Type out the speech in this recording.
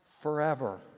forever